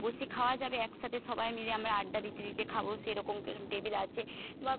বসে খাওয়া যাবে একসাথে সবাই মিলে আমরা আড্ডা দিতে দিতে খাব সে রকম কিছু টেবিল আছে বা